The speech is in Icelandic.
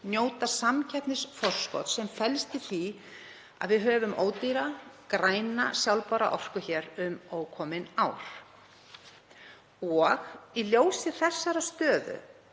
njóta samkeppnisforskots, sem felst í því að við höfum ódýra, græna, sjálfbæra orku hér um ókomin ár. Í ljósi þessarar stöðu